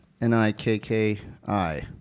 N-I-K-K-I